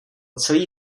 celý